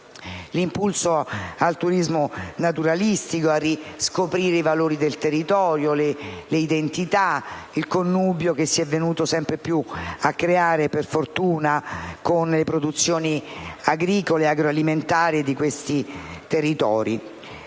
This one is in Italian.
l'impulso al turismo naturalistico, a riscoprire i valori del territorio, le identità, il connubio che si è venuto sempre più a creare, per fortuna, con le produzioni agricole e agroalimentari di questi territori.